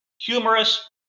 humorous